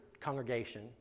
congregation